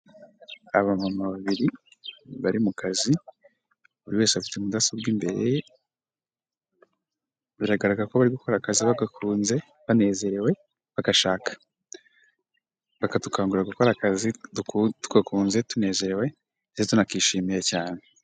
Abamama babiri bari mu kazi, buri wese afite mudasobwa imbere ye, biragaragara ko bari gukora akazi bagakunze, banezerewe, bagashaka, bakadukangurira gukora akazi tugakunze, tunezerewe, tunakishimiye cyane.